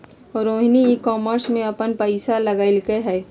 Rohini ecommerce में अप्पन पैसा लगअलई ह